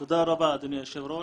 תודה רבה אדוני היושב-ראש,